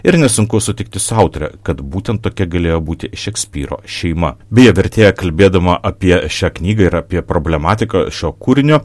ir nesunku sutikti su autore kad būtent tokia galėjo būti šekspyro šeima beje vertėja kalbėdama apie šią knygą ir apie problematiką šio kūrinio